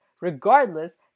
regardless